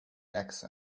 accent